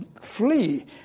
flee